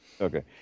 Okay